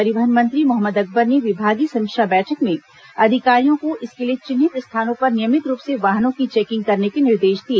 परिवहन मंत्री मोहम्मद अकबर ने विभागीय समीक्षा बैठक में अधिकारियों को इसके लिए चिन्हित स्थानों पर नियमित रूप से वाहनों की चेकिंग करने के निर्देश दिए